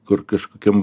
kur kažkokiam